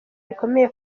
rikomeye